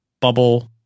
bubble